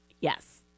Yes